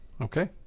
Okay